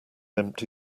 empty